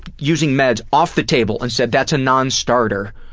using meds off the table, and said that's a non-starter,